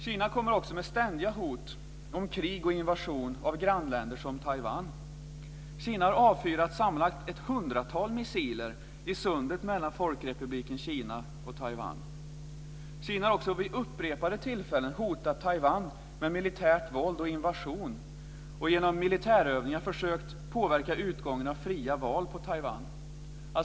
Kina kommer också med ständiga hot om krig och invasion av grannländer som Taiwan. Kina har avfyrat sammanlagt ett hundratal missiler i sundet mellan Folkrepubliken Kina och Taiwan. Kina har också vid upprepade tillfällen hotat Taiwan med militärt våld och invasion och genom militärövningar försökt påverka utgången av fria val i Taiwan.